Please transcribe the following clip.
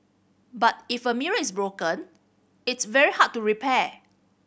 but if a mirror is broken it's very hard to repair